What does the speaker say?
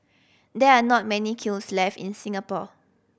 there are not many kilns left in Singapore